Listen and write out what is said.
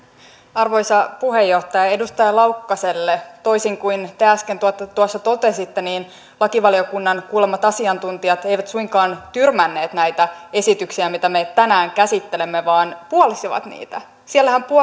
arvoisa puheenjohtaja edustaja laukkaselle toisin kuin te äsken tuossa totesitte niin lakivaliokunnan kuulemat asiantuntijat eivät suinkaan tyrmänneet näitä esityksiä mitä me tänään käsittelemme vaan puolustivat niitä siellähän